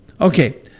okay